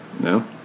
No